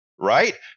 right